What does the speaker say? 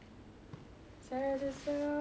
saya paling suka during I_T_E saja